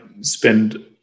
spend